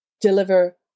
deliver